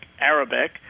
Arabic